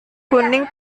kuning